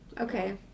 okay